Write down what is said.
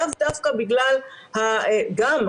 לאו דווקא גם,